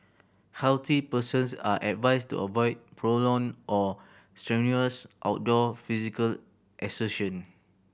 healthy persons are advised to avoid prolonged or strenuous outdoor physical exertion